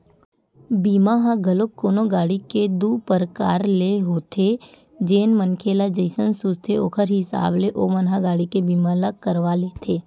बीमा ह घलोक कोनो गाड़ी के दू परकार ले होथे जेन मनखे ल जइसन सूझथे ओखर हिसाब ले ओमन ह गाड़ी के बीमा ल करवा लेथे